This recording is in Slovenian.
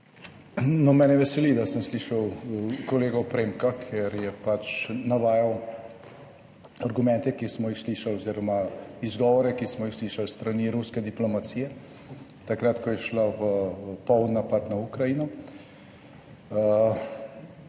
Mene veseli, da sem slišal kolega Premka, ker je pač navajal argumente, ki smo jih slišali oziroma izgovore, ki smo jih slišali s strani ruske diplomacije takrat, ko je šla v poln napad na Ukrajino.